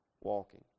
walking